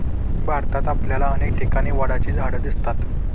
भारतात आपल्याला अनेक ठिकाणी वडाची झाडं दिसतील